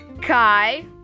Kai